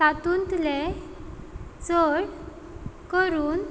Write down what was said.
तातूंतले चड करून